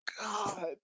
God